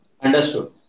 Understood